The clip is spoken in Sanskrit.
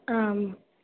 आम्